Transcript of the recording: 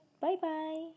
Bye-bye